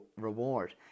reward